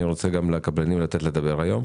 ואני רוצה לתת גם לקבלנים לדבר היום.